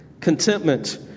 Contentment